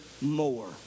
more